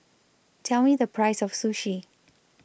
Tell Me The Price of Sushi